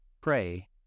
pray